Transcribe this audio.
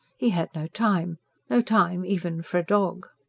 he had no time no time even for a dog!